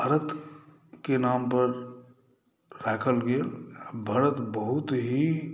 भरतके नाम पर राखल गेल आ भरत बहुत ही